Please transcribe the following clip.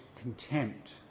contempt